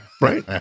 right